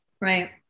Right